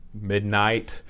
midnight